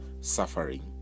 suffering